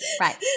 Right